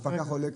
הפקח עולה.